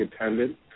attendant